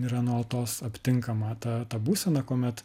yra nuolatos aptinkama ta ta būsena kuomet